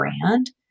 brand